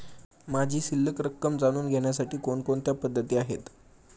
माझी शिल्लक रक्कम जाणून घेण्यासाठी कोणकोणत्या पद्धती आहेत?